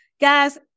guys